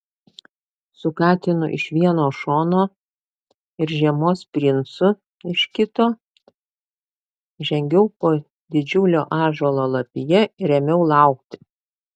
su katinu iš vieno šono ir žiemos princu iš kito žengiau po didžiulio ąžuolo lapija ir ėmiau laukti